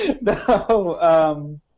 No